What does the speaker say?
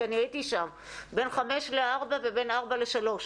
היא ירדה בין חמש לארבע ובין ארבע לשלוש,